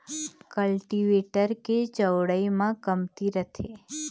cultivator के चउड़ई ह कमती रहिथे